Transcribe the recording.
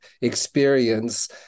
experience